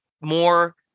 more